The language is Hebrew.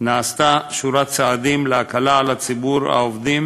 נעשתה שורת צעדים להקלה על ציבור העובדים